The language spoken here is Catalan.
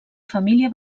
família